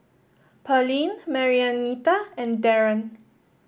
Pearline Marianita and Darren